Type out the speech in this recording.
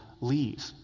leave